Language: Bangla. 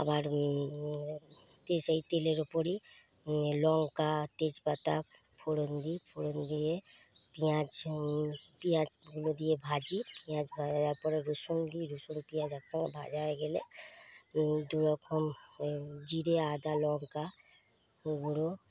আবার তে সেই তেলের ওপরই লংকা তেজপাতা ফোড়ন দিই ফোড়ন দিয়ে পেঁয়াজ পেঁয়াজগুলো দিয়ে ভাজি পেঁয়াজ ভাজার পরে রসুন দিই রসুন পেঁয়াজ একসঙ্গে ভাজা হয়ে গেলে দুরকম জিরে আদা লংকাগুঁড়ো